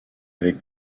avec